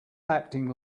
acting